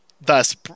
thus